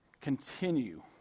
continue